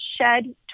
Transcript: shed